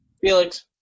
felix